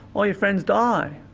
all your friends die.